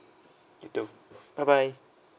you too bye bye